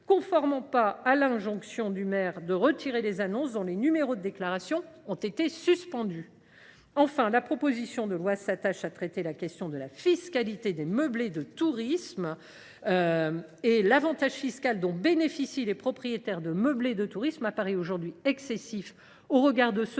conformant pas à l’injonction du maire de retirer les annonces dont les numéros de déclaration ont été suspendus. Enfin, cette proposition de loi réforme la fiscalité des meublés de tourisme. L’avantage fiscal dont bénéficient les propriétaires de tels meublés paraît aujourd’hui excessif au regard de ceux